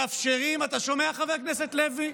מאפשרים, אתה שומע, חבר הכנסת לוי,